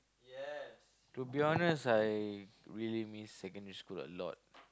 to be honest I really miss secondary school a lot